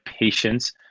patience